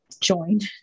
joined